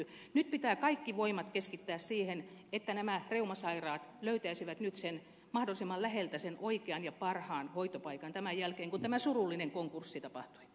nyt pitää kaikki voimat keskittää siihen että nämä reumasairaat löytäisivät nyt mahdollisimman läheltä sen oikean ja parhaan hoitopaikan tämän jälkeen kun tämä surullinen konkurssi tapahtui